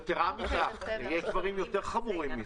יתרה מכך, יש דברים יותר חמורים מזה.